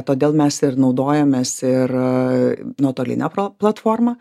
todėl mes ir naudojamės ir nuotolinę pla platformą